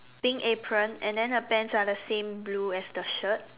pink apron and then her pants are the same blue as the shirt